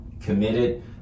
committed